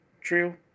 true